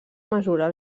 mesurar